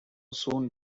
soon